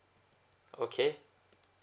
okay